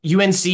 UNC